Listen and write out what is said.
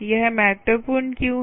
यह महत्वपूर्ण क्यों है